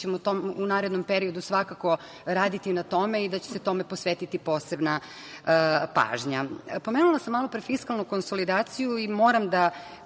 ćemo u narednom periodu svakako raditi na tome i da će se tome posvetiti posebna pažnja. Pomenula sam malo pre fiskalnu konsolidaciju i moram da